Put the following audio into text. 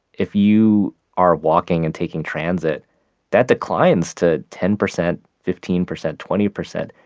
if you are walking and taking transit that declines to ten percent, fifteen percent, twenty percent.